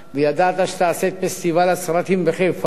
וידעת שתעשה את פסטיבל הסרטים בחיפה,